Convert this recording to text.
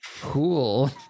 cool